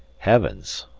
heavens!